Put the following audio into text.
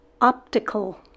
optical